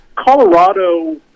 Colorado